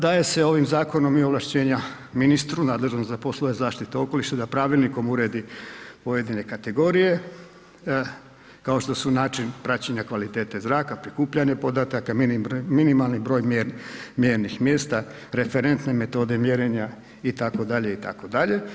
Daje se ovim zakonom i ovlaštenja ministru nadležnog za poslove zaštite okoliša da pravilnikom uredi pojedine kategorije, kao što su način praćenja kvalitete zraka, prikupljanje podataka, minimalni broj mjernih mjesta, referentne metode mjerenja, itd., itd.